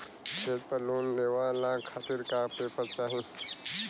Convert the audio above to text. खेत पर लोन लेवल खातिर का का पेपर चाही?